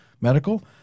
medical